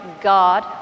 God